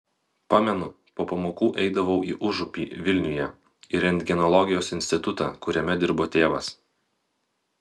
pamenu po pamokų eidavau į užupį vilniuje į rentgenologijos institutą kuriame dirbo tėvas